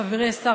חברי השר,